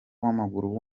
w’amaguru